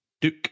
duke